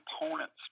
components